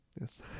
Yes